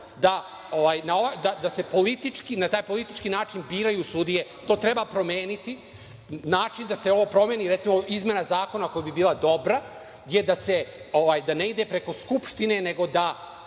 da se na politički način biraju sudije. To treba promeniti. Način da se ovo promeni je, izmena zakona koja bi bila dobra, da ne ide preko Skupštine, nego da